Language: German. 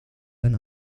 sein